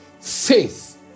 Faith